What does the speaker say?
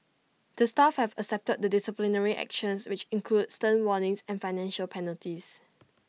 the staff have accepted the disciplinary actions which include stern warnings and financial penalties